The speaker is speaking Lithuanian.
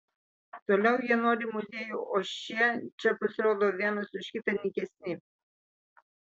toliau jie nori muziejų o šie čia pasirodo vienas už kitą nykesni